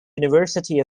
university